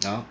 ya